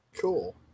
Cool